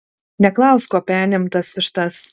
neklausk kuo penim tas vištas